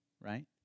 right